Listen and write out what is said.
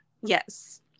yes